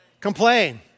Complain